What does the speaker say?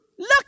Look